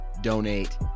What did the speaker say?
donate